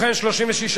הצעת חוק